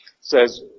says